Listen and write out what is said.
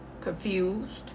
confused